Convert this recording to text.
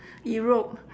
europe